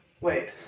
Wait